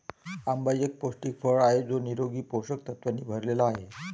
आंबा एक पौष्टिक फळ आहे जो निरोगी पोषक तत्वांनी भरलेला आहे